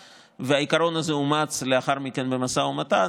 והעיקרון הזה אומץ לאחר מכן במשא ומתן.